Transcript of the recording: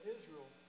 Israel